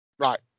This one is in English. Right